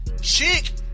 chick